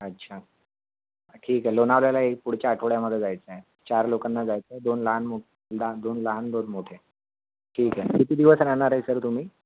अच्छा ठीक आहे लोणावळ्याला एक पुढच्या आठवड्यामधे जायचं आहे चार लोकांना जायचं आहे दोन लहान मु लहा दोन लहान दोन मोठे ठीक आहे किती दिवस राहणार आहे सर तुम्ही